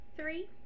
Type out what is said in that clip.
three